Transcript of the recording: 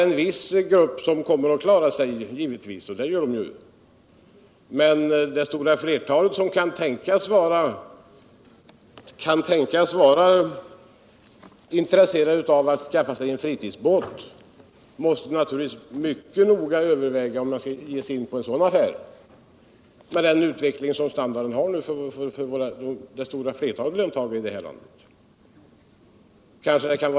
En viss grupp kommer givetvis att klara sig, men det stora flertalet av de människor som kan tänkas vara intresserade av utt skaffa sig en fritidsbåt måste naturligtvis mycket noga överväga om de kan ge sig in på en sådan affär med tanke på standardutvecklingen för de flesta löntagare i detta land.